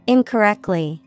Incorrectly